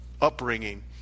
upbringing